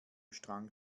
strang